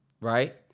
Right